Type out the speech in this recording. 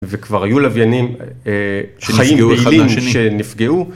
וכבר היו לוויינים חיים פעילים שנפגעו. שנפגעו אחד מהשני.